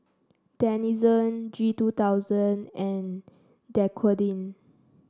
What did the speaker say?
Denizen G two thousand and Dequadin